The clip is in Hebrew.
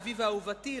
"אביבה אהובתי",